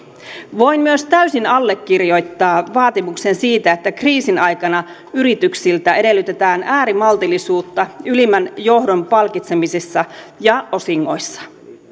voin myös täysin allekirjoittaa vaatimuksen siitä että kriisin aikana yrityksiltä edellytetään äärimaltillisuutta ylimmän johdon palkitsemisessa ja osingoissa